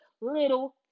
little